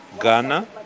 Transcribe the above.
Ghana